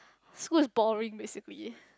school is boring basically